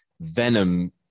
venom